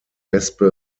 wespe